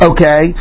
Okay